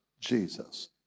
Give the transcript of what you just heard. Jesus